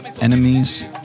enemies